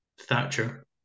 thatcher